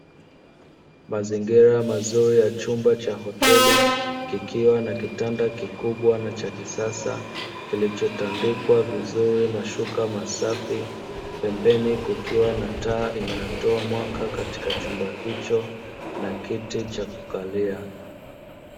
Mazingira mazuri ya chumba cha hoteli kikiwa na kitanda kikubwa na cha kisasa, kilichotandikwa vizuri mashuka masafi, pembeni kukiwa na taa inayotoa mwanga katika chumba hicho na kiti cha kukalia.